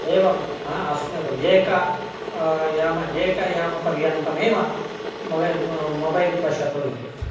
एवं एक याम एकयामपर्यन्तमेव मोबैल् पश्यतु इति